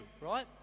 right